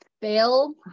fail